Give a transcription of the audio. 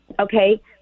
okay